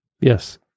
Yes